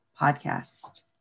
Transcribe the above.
podcast